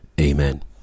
Amen